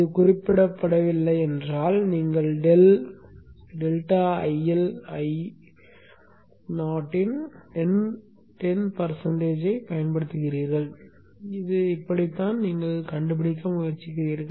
இது குறிப்பிடப்படவில்லை என்றால் நீங்கள் டெல்டா ஐஎல் ஐயோவின் 10 சதவீதத்தைப் பயன்படுத்துகிறீர்கள் இப்படித்தான் நீங்கள் கண்டுபிடிக்க முயற்சிக்கிறீர்கள்